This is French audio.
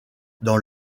dans